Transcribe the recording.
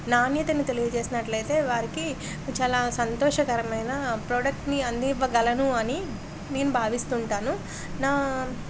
నాణ్యతను తెలియజేసినట్లయితే వారికి చాలా సంతోషకరమైన ప్రోడక్ట్ని అందివ్వగలను అని నేను భావిస్తుంటాను నా